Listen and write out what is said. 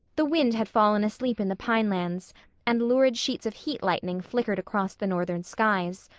the wind had fallen asleep in the pinelands and lurid sheets of heat-lightning flickered across the northern skies.